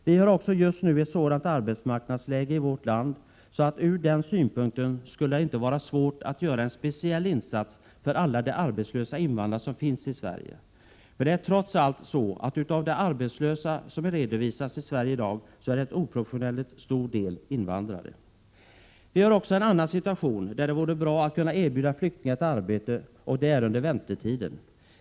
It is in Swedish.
Vi har också just nu ett sådant arbetsmarknadsläge i vårt land att det ur den synpunkten inte skulle vara svårt att göra en speciell insats för alla de arbetslösa invandrare som finns i Sverige. För det är trots allt så att av de arbetslösa som redovisas i Sverige i dag är en oproportionellt stor del invandrare. Också i en annan situation vore det bra att kunna erbjuda flyktingarna ett arbete, och det är under väntetiden.